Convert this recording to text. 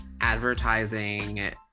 advertising